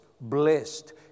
blessed